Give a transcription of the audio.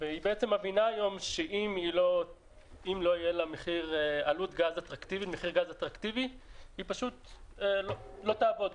והיא מבינה היום שאם לא יהיה לה מחיר גז אטרקטיבי היא פשוט לא תעבוד.